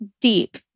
deep